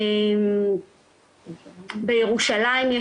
יש שתי תחנות בירושלים.